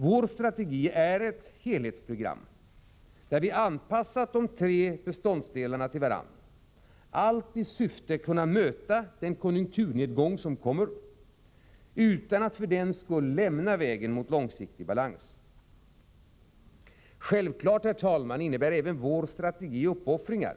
Vår strategi är ett helhetsprogram, där vi anpassat de tre beståndsdelarna till varandra — allt i'syfte att kunna möta den konjunkturnedgång som kommer, utan att för den skull lämna vägen mot långsiktig balans. Självfallet, herr talman, innebär även vår strategi uppoffringar.